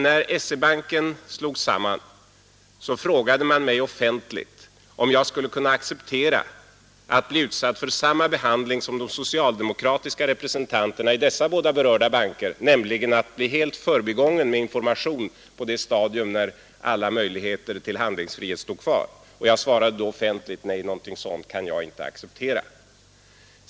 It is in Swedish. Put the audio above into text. När SE-banken bildades, frågade man mig offentligt om jag skulle kunna acceptera att bli utsatt för samma behandling som de socialdemokratiska representanterna i dessa båda banker, nämligen att bli helt förbigången med information på det stadium då alla möjligheter till handlingsfrihet stod kvar. Jag svarade då offentligt: Nej, någonting sådant kan jag inte acceptera.